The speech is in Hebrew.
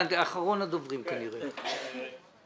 יש לי גם דברי שבח לאמיר שעזר לנו ככל שהיה יכול.